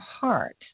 heart